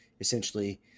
essentially